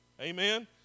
Amen